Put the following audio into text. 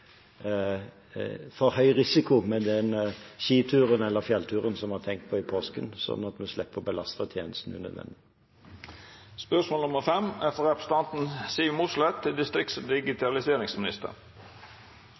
for høy risiko med den skituren eller fjellturen som vi har tenkt på i påsken, slik at vi slipper å belaste tjenestene unødvendig.